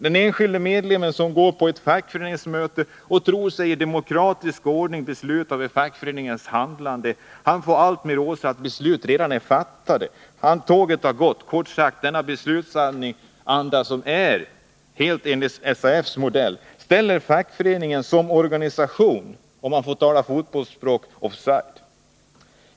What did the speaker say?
Den enskilde medlemmen, som går på ett fackföreningsmöte och tror sig i demokratisk ordning medverka till beslut om fackföreningens handlande, finner allt oftare att besluten redan är fattade, tåget har gått. Beslutsordningen, som är helt efter SAF:s modell, ställer fackföreningen som organisation offside — om man får tala fotbollsspråk.